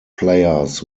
players